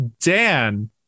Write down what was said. dan